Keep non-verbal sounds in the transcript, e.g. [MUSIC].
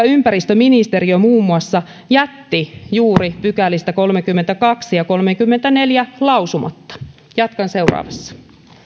[UNINTELLIGIBLE] ympäristöministeriö muun muassa jätti juuri pykälistä kolmekymmentäkaksi ja kolmekymmentäneljä lausumatta jatkan seuraavassa